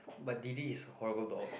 but D d is a horrible dog